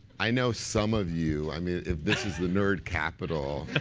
i know some of you, i mean if this is the nerd capital,